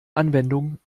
anwendung